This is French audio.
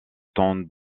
temps